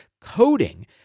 coding